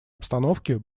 обстановки